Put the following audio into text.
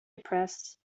depressed